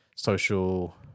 social